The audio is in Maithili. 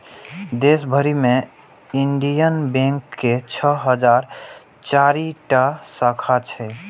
देश भरि मे इंडियन बैंक के छह हजार चारि टा शाखा छै